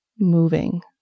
moving